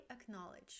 acknowledge